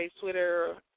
twitter